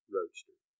Roadster